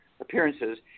appearances